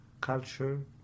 culture